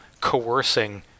coercing